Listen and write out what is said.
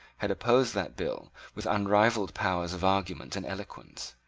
had opposed that bill with unrivalled powers of argument and eloquence.